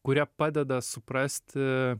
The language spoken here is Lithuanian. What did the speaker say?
kurie padeda suprasti